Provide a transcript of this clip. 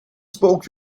spoke